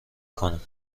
کنم